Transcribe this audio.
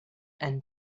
and